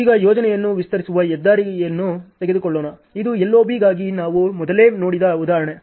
ಈಗ ಯೋಜನೆಯನ್ನು ವಿಸ್ತರಿಸುವ ಹೆದ್ದಾರಿಯನ್ನು ತೆಗೆದುಕೊಳ್ಳೋಣ ಇದು LOB ಗಾಗಿ ನಾವು ಮೊದಲೇ ನೋಡಿದ ಉದಾಹರಣೆ